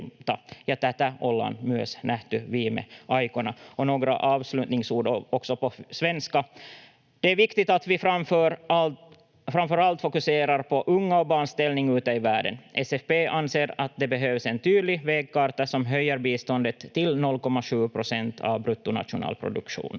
Tätä ollaan nähty myös viime aikoina. Några avslutningsord också på svenska. Det är viktigt att vi framför allt fokuserar på ungas och barns ställning ute i världen. SFP anser att det behövs en tydlig vägkarta som höjer biståndet till 0,7 procent av bruttonationalinkomsten.